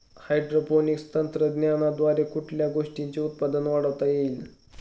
Hydroponics तंत्रज्ञानाद्वारे कुठल्या गोष्टीचे उत्पादन वाढवता येईल?